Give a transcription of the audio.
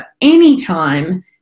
anytime